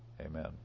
amen